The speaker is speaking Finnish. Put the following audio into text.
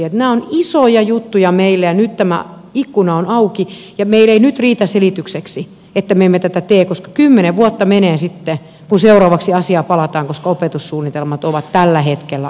nämä ovat isoja juttuja meille ja nyt tämä ikkuna on auki ja meille ei nyt riitä selitykseksi että me emme tätä tee koska kymmenen vuotta menee sitten kun seuraavaksi asiaan palataan koska opetussuunnitelmat ovat tällä hetkellä auki